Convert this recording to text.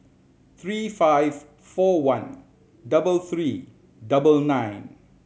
three five four one double three double nine